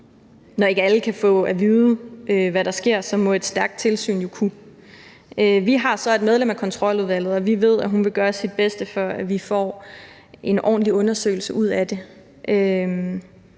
Når ikke alle kan få at vide, hvad der sker, må et stærkt tilsyn jo kunne. Vi har et medlem af Kontroludvalget, og vi ved, at hun vil gøre sit bedste, for at vi får en ordentlig undersøgelse ud af det.